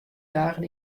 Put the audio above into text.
dagen